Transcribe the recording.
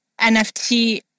NFT